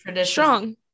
Strong